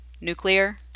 nuclear